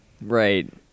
right